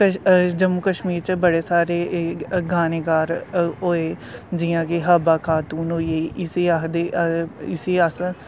जम्मू कश्मीर च बड़े सारे गानेकार होए जियां कि हब्बा खातून होई गेई इसी आखदे इसी अस